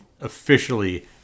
officially